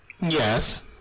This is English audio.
Yes